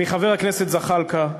מחבר הכנסת זחאלקה,